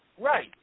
Right